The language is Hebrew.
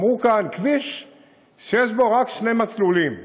אמרו כאן: כביש שיש בו רק שני מסלולים,